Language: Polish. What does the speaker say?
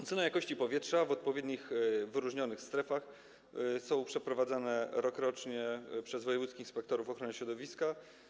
Oceny jakości powietrza w odpowiednich wyróżnionych strefach są dokonywane rokrocznie przez wojewódzkich inspektorów ochrony środowiska.